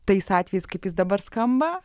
tais atvejais kaip jis dabar skamba